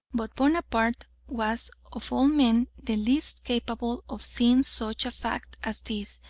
but bonaparte was of all men the least capable of seeing such fact as this,